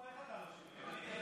מי היה